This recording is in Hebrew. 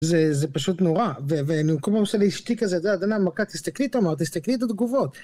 זה, זה פשוט נורא, ואני כל פעם עושה לאשתי כזה, את יודעת אין העמקה תסתכלי???,תסתכלי את התגובות.